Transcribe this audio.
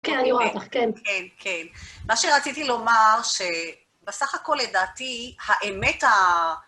כן, אני רואה אותך, כן. כן, כן. מה שרציתי לומר, שבסך הכל, לדעתי, האמת ה...